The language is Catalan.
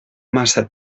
massa